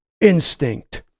instinct